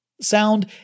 Sound